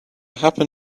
happen